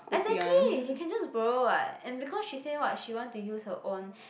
exactly you can just borrow what and because she say what she want to use her own